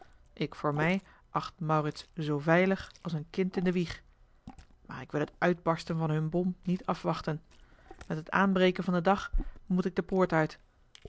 ik voor mij acht maurits zoo veilig als een kind in de wieg maar ik wil het uitbarsten van hun bom niet afwachten met het aanbreken van den dag moet ik de poort uit